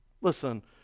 Listen